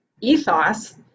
ethos